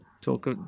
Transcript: talk